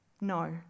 No